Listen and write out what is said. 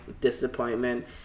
disappointment